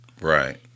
Right